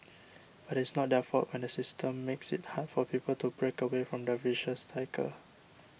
but it's not their fault when the system makes it hard for people to break away from the vicious cycle